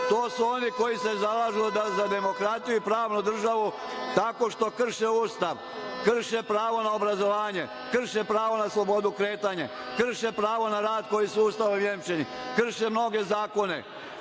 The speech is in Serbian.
To su oni koji se zalažu za demokratiju i pravnu državu, tako što krše Ustav, krše pravo na obrazovanje, krše pravo na slobodu kretanja, krše pravo na rad koji su Ustavom jemčeni, krše mnoge zakone. Plenum